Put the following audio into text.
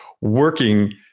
working